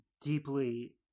deeply